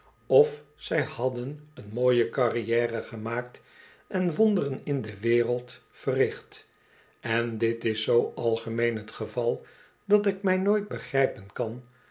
of zij hadden een mooie carrière gemaakt en wonderen in de wereld verricht en dit is zoo algemeen t geval dat ik mij nooit begrijpen kan